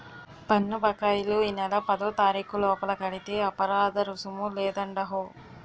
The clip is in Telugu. పన్ను బకాయిలు ఈ నెల పదోతారీకు లోపల కడితే అపరాదరుసుము లేదండహో